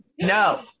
No